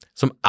som